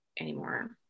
anymore